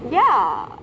ya